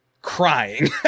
crying